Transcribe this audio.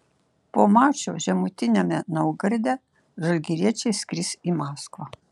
po mačo žemutiniame naugarde žalgiriečiai skris į maskvą